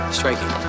striking